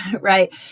right